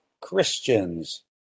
Christians